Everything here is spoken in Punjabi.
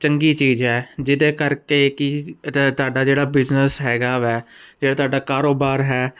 ਚੰਗੀ ਚੀਜ਼ ਹੈ ਜਿਹਦੇ ਕਰਕੇ ਕੀ ਤ ਤੁਹਾਡਾ ਜਿਹੜਾ ਬਿਜ਼ਨਸ ਹੈਗਾ ਵੈ ਜਿਹੜਾ ਤੁਹਾਡਾ ਕਾਰੋਬਾਰ ਹੈ